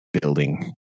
building